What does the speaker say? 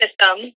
system